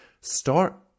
Start